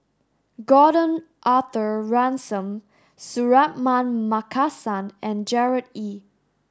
Gordon Arthur Ransome Suratman Markasan and Gerard Ee